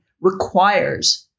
requires